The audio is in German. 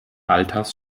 alters